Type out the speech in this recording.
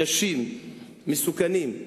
קשים ומסוכנים.